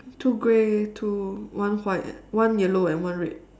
two grey two one white one yellow and one red